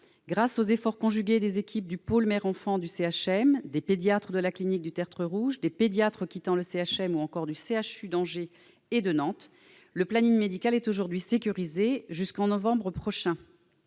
Grâce aux efforts conjugués des équipes du pôle Femme Mère Enfant du CHM, des pédiatres de la clinique du Tertre Rouge, des pédiatres quittant le CHM ou encore des CHU d'Angers et de Nantes, le planning médical est aujourd'hui sécurisé jusqu'en novembre prochain.